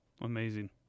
Amazing